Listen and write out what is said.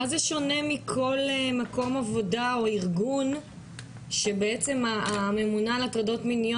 מה זה שונה מכל מקום עבודה או ארגון שבעצם הממונה על הטרדות מיניות